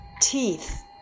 teeth